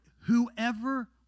whoever